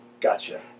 Gotcha